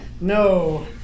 No